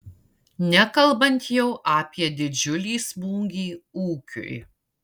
nekalbant jau apie didžiulį smūgį ūkiui